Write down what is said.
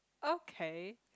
okay